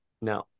No